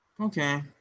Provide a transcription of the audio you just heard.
Okay